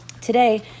today